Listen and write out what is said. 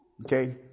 Okay